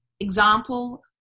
Example